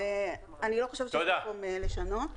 ואני לא חושבת שיש מקום לשנות.